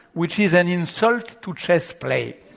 which is an insult to chess playing.